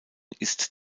ist